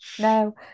no